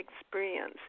experience